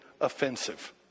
offensive